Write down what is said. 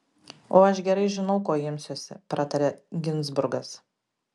o aš gerai žinau ko imsiuosi pratarė ginzburgas